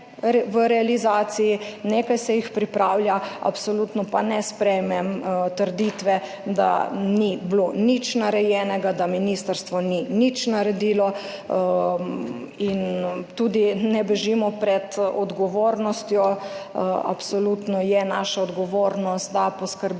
v realizaciji, nekaj se jih pripravlja, absolutno pa ne sprejmem trditve, da ni bilo nič narejenega, da ministrstvo ni nič naredilo, prav tako ne bežimo pred odgovornostjo. Absolutno je naša odgovornost, da poskrbimo,